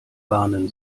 warnen